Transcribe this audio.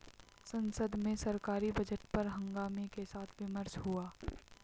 संसद में सरकारी बजट पर हंगामे के साथ विमर्श हुआ